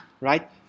Right